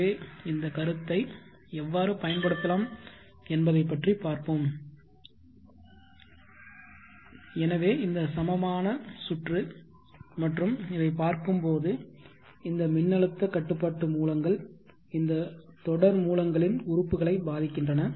எனவே இந்த கருத்தை எவ்வாறு பயன்படுத்தலாம் என்பதை பற்றி பார்ப்போம் எனவே இந்த சமமான சுற்று மற்றும் இதைப் பார்க்கும்போது இந்த மின்னழுத்த கட்டுப்பாட்டு மூலங்கள் இந்த தொடர் மூலங்களின் உறுப்புகளை பாதிக்கின்றன